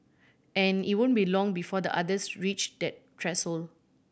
and it won't be long before the otters reach that threshold